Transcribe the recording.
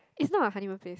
it's not a honeymoon place